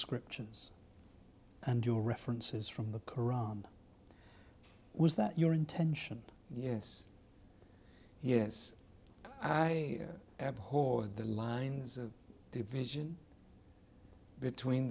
scriptures and your references from the qur'an was that your intention yes yes i abhor the lines of division between